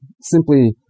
simply